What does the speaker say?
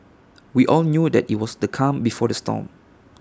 we all knew that IT was the calm before the storm